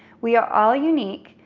we are all unique.